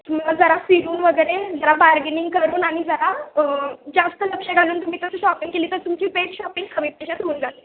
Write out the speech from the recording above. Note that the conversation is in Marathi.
तुम्हाला जरा फिरून वगैरे जरा बार्गेनिंग करून आणि जरा जास्त लक्ष घालून तुम्ही तसं शॉपिंग केली तर तुमची पेड शॉपिंग हवीत त्याच्यात होऊन जाते